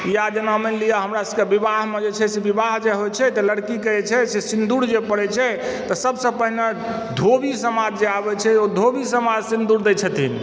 या जेना मानि लिअ जेना हमरासभके विवाहमे जे छै से विवाह जे होइत छै तऽ लड़कीकेँ जे छै से सिन्दूर जे पड़ैत छै तऽ सभसँ पहिने धोबी समाज जे आबैत छै ओ धोबी समाज सिन्दूर दैत छथिन